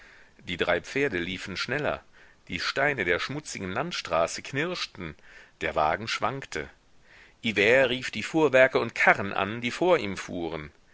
die drei pferde liefen schneller die steine der schmutzigen landstraße knirschten der wagen schwankte hivert rief die fuhrwerke und karren an die vor ihm fuhren